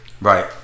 Right